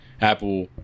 Apple